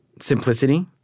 simplicity